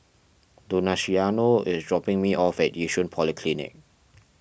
Donaciano is dropping me off at Yishun Polyclinic